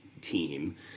team